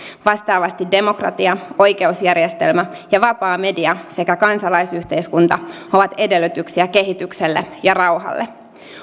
vastaavasti demokratia oikeusjärjestelmä ja vapaa media sekä kansalaisyhteiskunta ovat edellytyksiä kehitykselle ja rauhalle